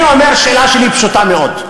השאלה שלי פשוטה מאוד,